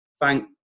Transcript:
thank